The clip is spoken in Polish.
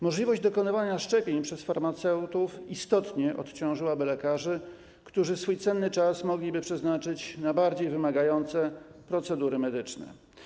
Możliwość dokonywania szczepień przez farmaceutów istotnie odciążyłaby lekarzy, którzy swój cenny czas mogliby przeznaczyć na bardziej wymagające procedury medyczne.